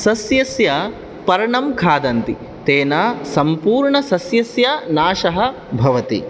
सस्यस्य पर्णं खादन्ति तेन सम्पूर्ण सस्यस्य नाशः भवति